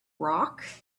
rock